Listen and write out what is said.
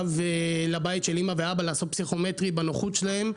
ולבית של אמא ואבא לעשות פסיכומטרי בנוחות שלהם,